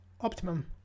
optimum